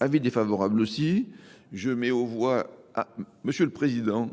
Avis défavorables aussi. Je mets au voie, Monsieur le Président,